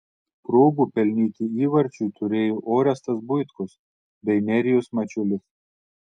progų pelnyti įvarčiui turėjo orestas buitkus bei nerijus mačiulis